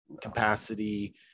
capacity